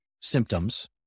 symptoms